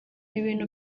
ibintu